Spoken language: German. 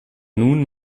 nun